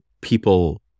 people